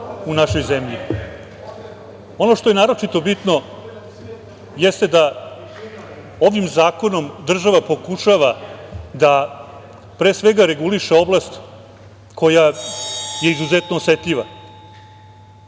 u našoj zemlji. Ono što je naročito bitno jeste da ovim zakonom država pokušava da pre svega reguliše oblast koja je izuzetno osetljiva. Ono